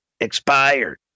expired